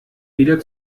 wieder